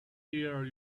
ear